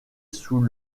sous